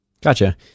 Gotcha